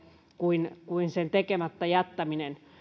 kuin kuin sen tekemättä jättäminen